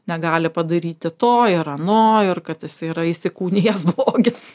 negali padaryti to ir ano ir kad jis yra įsikūnijęs blogis